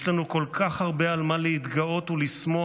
יש לנו כל כך הרבה על מה להתגאות ולשמוח,